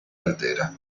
altera